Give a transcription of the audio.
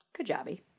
Kajabi